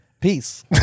Peace